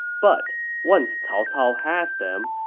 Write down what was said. but once cao cao has them,